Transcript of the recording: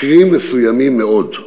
מקרים מסוימים מאוד.